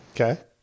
Okay